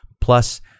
Plus